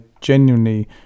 genuinely